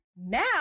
Now